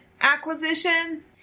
acquisition